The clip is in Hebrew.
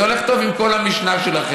זה הולך טוב עם כל המשנה שלכם.